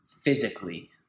physically